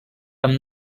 amb